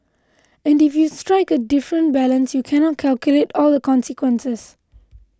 and if you strike a different balance you cannot calculate all the consequences